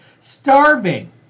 starving